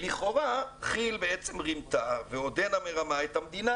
לכאורה כי"ל בעצם רימתה ועודנה מרמה את המדינה